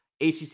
ACC